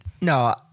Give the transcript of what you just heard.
no